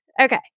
Okay